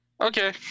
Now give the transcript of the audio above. Okay